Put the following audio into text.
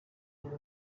atari